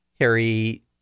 Harry